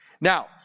Now